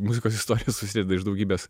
muzikos istorija susideda iš daugybės